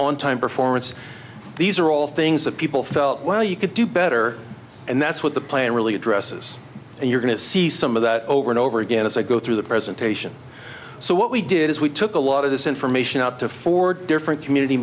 on time performance these are all things that people felt well you could do better and that's what the plan really addresses and you're going to see some of that over and over again as i go through the presentation so what we did is we took a lot of this information out to four different community